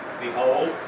Behold